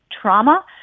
trauma